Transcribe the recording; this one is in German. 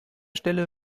stelle